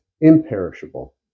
imperishable